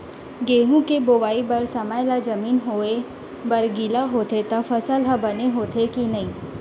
गेहूँ के बोआई बर समय ला जमीन होये बर गिला होथे त फसल ह बने होथे की नही?